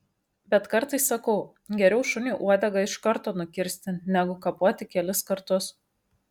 bet kartais sakau geriau šuniui uodegą iš karto nukirsti negu kapoti kelis kartus